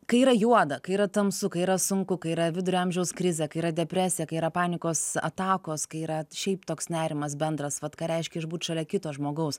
kai yra juoda kai yra tamsu kai yra sunku kai yra vidurio amžiaus krizė kai yra depresija kai yra panikos atakos kai yra šiaip toks nerimas bendras vat ką reiškia išbūt šalia kito žmogaus